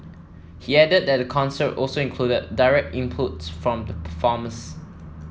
he added that the concert also included direct inputs from the performers